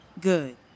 Good